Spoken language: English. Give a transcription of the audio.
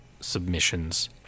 submissions